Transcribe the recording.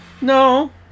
No